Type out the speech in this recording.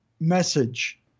message